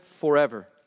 forever